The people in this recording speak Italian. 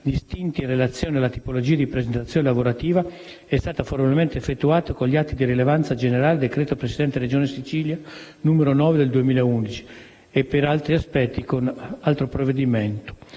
distinti in relazione alla tipologia di prestazione lavorativa, è stata formalmente effettuata con gli atti di rilevanza generale, decreto del Presidente della Regione Siciliana n. 9 del 2001 (e per altri aspetti con altro provvedimento),